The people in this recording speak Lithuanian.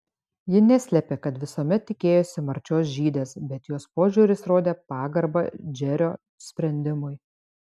ji neslėpė kad visuomet tikėjosi marčios žydės bet jos požiūris rodė pagarbą džerio sprendimui